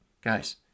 guys